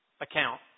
account